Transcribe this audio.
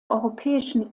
europäischen